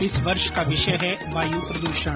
इस वर्ष का विषय है वायु प्रदूषण